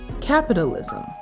capitalism